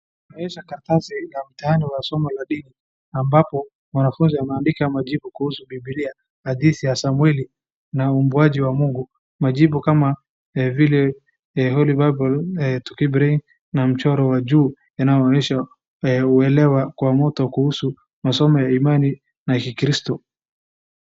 Hii karatasi ina mtihani wa somo la dini ambapo wanafunzi wameandika majibu kuhusu bibilia, hadithi ya Samweli na uumbaji wa Mungu, majibu kama vile Holy Bible na mchoro wa juu unaoonyesha kuelewa kwa mtu kuhusu masomo ya imani na kikristo.